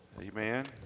Amen